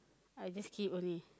I just keep only